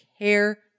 care